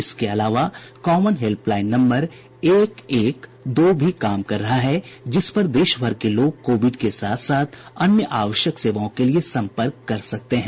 इसके अलावा common helpline number एक एक दो भी काम कर रहा है जिस पर देशभर के लोग कोविड के साथ साथ अन्य आवश्यक सेवाओं के लिए सम्पर्क कर सकते हैं